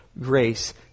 grace